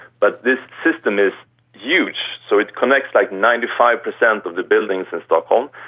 but this system is huge, so it connects like ninety five percent of the buildings of stockholm,